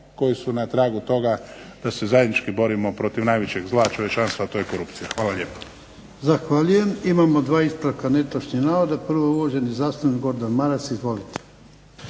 koji su na tragu toga da se zajednički borimo protiv najvećeg zla čovječanstva, a to je korupcija. Hvala lijepa. **Jarnjak, Ivan (HDZ)** Zahvaljujem. Imamo dva ispravka netočnih navoda. Prvo je uvaženi zastupnik Gordan Maras. Izvolite.